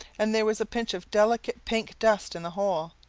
and there was a pinch of delicate pink dust in the hole.